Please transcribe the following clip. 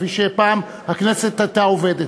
כפי שפעם הכנסת הייתה עובדת.